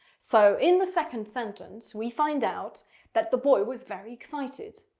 so in the second sentence, we find out that the boy was very excited.